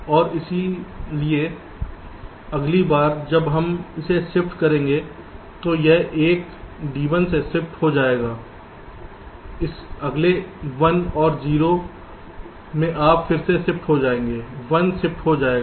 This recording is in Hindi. और इसलिए अगली बार जब हम इसे शिफ्ट करेंगे तो यह 1 D1 में शिफ्ट हो जाएगा अगले 1 और 0 में आप फिर से शिफ्ट हो जाएंगे 1 शिफ्ट हो जाएगा